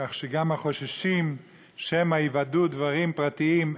כך שגם החוששים שמא ייוודעו דברים פרטיים,